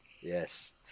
Yes